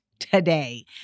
today